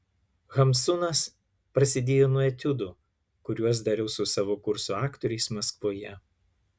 hamsunas prasidėjo nuo etiudų kuriuos dariau su savo kurso aktoriais maskvoje